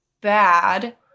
bad